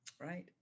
right